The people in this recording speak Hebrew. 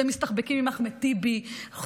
אתם מסתחבקים עם אחמד טיבי,